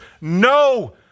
no